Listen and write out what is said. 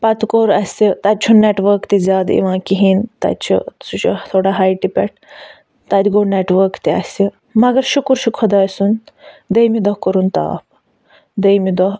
پَتہٕ کوٚر اسہِ تَتہِ چھُنہٕ نیٚٹؤرٕک تہِ زیادٕ یِوان کِہیٖنۍ تَتہِ چھُ سُہ چھُ تھوڑا ہایٹہِ پٮ۪ٹھ تَتہِ گوٚو نیٚٹؤرٕک تہِ اسہِ مَگر شکر چھُ خداے سُنٛد دوٚیمہِ دۄہ کوٚرُن تاپھ دوٚیمہِ دۄہ